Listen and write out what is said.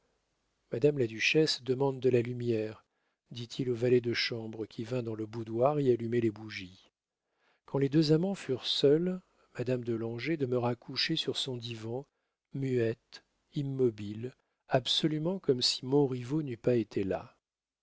madame la duchesse demande de la lumière dit-il au valet de chambre qui vint dans le boudoir y allumer les bougies quand les deux amants furent seuls madame de langeais demeura couchée sur son divan muette immobile absolument comme si montriveau n'eût pas été là